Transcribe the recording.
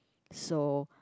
so